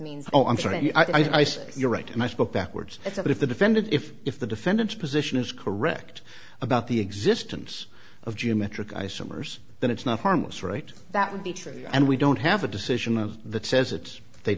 means oh i'm sorry i see you're right and i spoke backwards it's as if the defendant if if the defendant position is correct about the existence of geometric isomers then it's not harmless right that would be true and we don't have a decision of the says that they